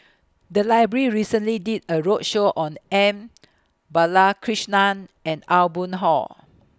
The Library recently did A roadshow on M Balakrishnan and Aw Boon Haw